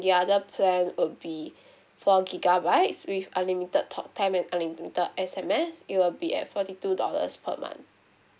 the other plan would be four gigabytes with unlimited talk time and unlimited S_M_S it will be at forty two dollars per month